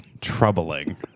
Troubling